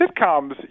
sitcoms